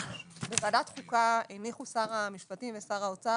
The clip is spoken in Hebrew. בוועדת חוקה הניחו שר המשפטים ושר האוצר